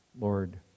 lord